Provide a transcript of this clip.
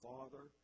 Father